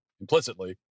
implicitly